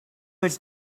its